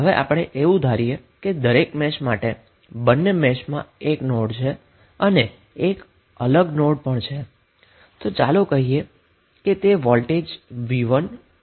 હવે આપણે એવું ધારીએ કે દરેક મેશ માટે બંને મેશમાં એક નોડ છે અને એક અલગ નોડ પણ છે તો ચાલો કહીએ કે તે વોલ્ટેજ v1 અને v2 છે